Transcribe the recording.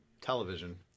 television